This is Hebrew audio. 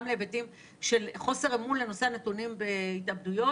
בהיבטים של חוסר אמון לנושא הנתונים בהתאבדויות,